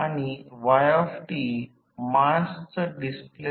त्याचप्रमाणे X m हे V1I m असेल